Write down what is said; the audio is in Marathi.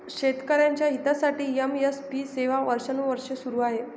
शेतकऱ्यांच्या हितासाठी एम.एस.पी सेवा वर्षानुवर्षे सुरू आहे